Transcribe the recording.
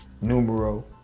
numero